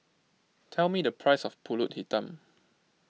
tell me the price of Pulut Hitam